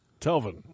Telvin